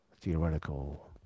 theoretical